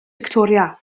fictoria